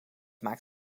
maakt